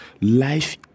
Life